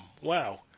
Wow